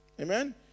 Amen